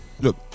Look